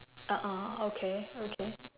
(uh huh) okay okay